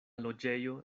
loĝejo